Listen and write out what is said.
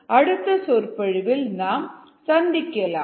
அடுத்த சொற்பொழிவில் சந்திக்கலாம்